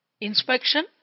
inspection